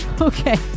okay